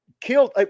killed